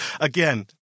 Again